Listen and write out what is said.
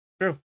True